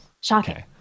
shocking